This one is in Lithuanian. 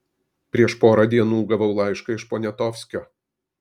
prieš porą dienų gavau laišką iš poniatovskio